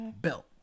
Belt